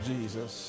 Jesus